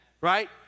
right